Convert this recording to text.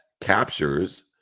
captures